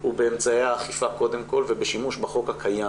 הוא באמצעי האכיפה קודם כל ובשימוש בחוק הקיים,